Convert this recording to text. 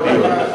יכול להיות,